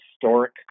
historic